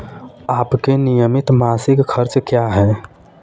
आपके नियमित मासिक खर्च क्या हैं?